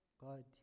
God